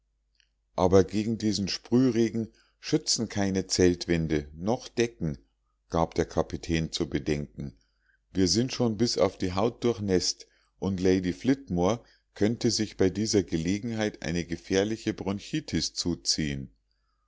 aber gegen diesen sprühregen schützen keine zeltwände noch decken gab der kapitän zu bedenken wir sind schon bis auf die haut durchnäßt und lady flitmore könnte sich bei dieser gelegenheit eine gefährliche bronchitis zuziehen